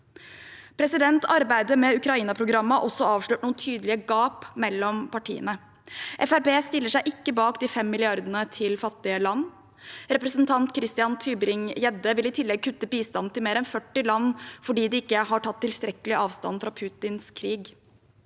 Arbeidet med Ukraina-programmet har også avslørt noen tydelige gap mellom partiene. Fremskrittspartiet stiller seg ikke bak de fem milliardene til fattige land. Representanten Christian Tybring-Gjedde vil i tillegg kutte bistanden til mer enn 40 land fordi de ikke har tatt tilstrekkelig avstand fra Putins krig.